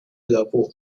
俱乐部